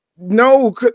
No